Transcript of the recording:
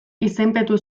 izenpetu